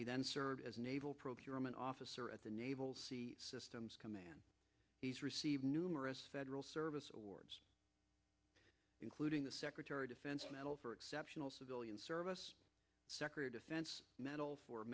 he then served as a naval procurement officer at the naval sea systems command he's received numerous federal service awards including the secretary of defense medal for exceptional civilian service sector defense medals for